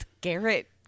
Garrett